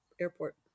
airport